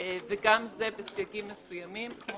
וגם זה בסייגים מסוימים.